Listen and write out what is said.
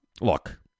Look